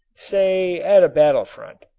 say at a battle front.